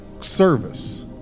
Service